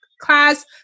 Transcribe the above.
class